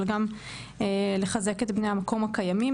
אבל גם לחזק את בני המקום הקיימים.